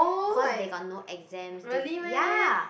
cause they got no exams they ya